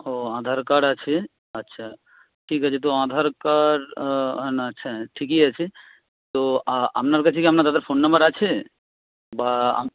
ও Aadhaar card আছে আচ্ছা ঠিক আছে তো আধার কার্ড আছেন ঠিকই আছে তো আপনার কাছে কি আপনার দাদার ফোন নাম্বার আছে বা